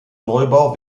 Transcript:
neubau